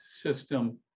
system